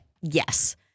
Yes